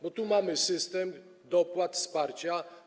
Bo tu mamy system dopłat, wsparcia.